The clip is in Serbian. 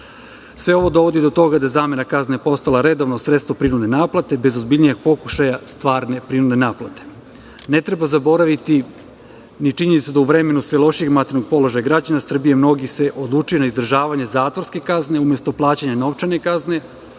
Sve ovo dovodi do toga da je zamena kazne postala redovno sredstvo prinudne naplate, bez ozbiljnijeg pokušaja stvarne prinudne naplate. Ne treba zaboraviti činjenicu da, u vremenu sve lošijeg materijalnog položaja građana Srbije, mnogi se odlučuju na izdržavanje zatvorske kazne umesto plaćanja novčane kazne,